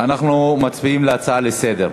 אנחנו מצביעים על הצעה לסדר-היום,